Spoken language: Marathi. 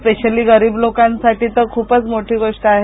स्पेशली गरीब लोकांसाठी तर खुपच मोठी गोष्ट आहे